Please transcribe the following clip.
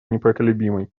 непоколебимой